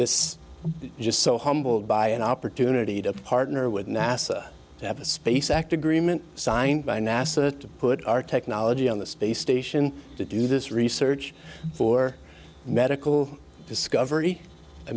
this just so humbled by an opportunity to partner with nasa to have a space act agreement signed by nasa to put our technology on the space station to do this research for medical discovery i